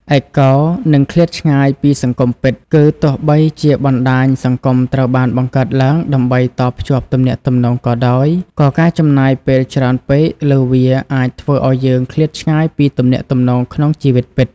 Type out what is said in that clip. ឯកោ និងឃ្លាតឆ្ងាយពីសង្គមពិត គឺទោះបីជាបណ្ដាញសង្គមត្រូវបានបង្កើតឡើងដើម្បីតភ្ជាប់ទំនាក់ទំនងក៏ដោយ ការចំណាយពេលច្រើនពេកលើវាអាចធ្វើឱ្យយើងឃ្លាតឆ្ងាយពីទំនាក់ទំនងក្នុងជីវិតពិត។